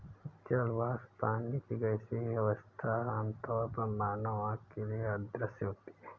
जल वाष्प, पानी की गैसीय अवस्था, आमतौर पर मानव आँख के लिए अदृश्य होती है